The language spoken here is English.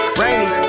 rainy